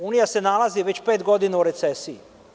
Unija se nalazi već pet godina u recesiji.